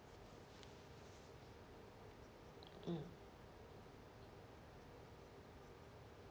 mm